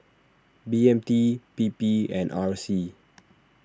B M T P P and R C